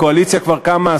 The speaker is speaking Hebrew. הקואליציה כבר קמה,